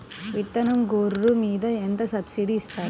విత్తనం గొర్రు మీద ఎంత సబ్సిడీ ఇస్తారు?